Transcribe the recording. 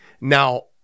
Now